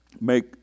make